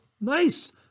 nice